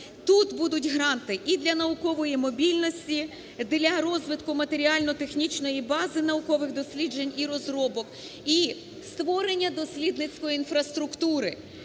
тут будуть гранти і для наукової мобільності, для розвитку матеріально-технічної бази наукових досліджень і розробок, і створення дослідницької інфраструктури.